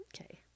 Okay